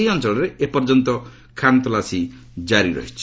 ସେହି ଅଞ୍ଚଳରେ ଏପର୍ଯ୍ୟନ୍ତ ଖାନତଲାସୀ ଜାରି ରହିଛି